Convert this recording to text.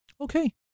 Okay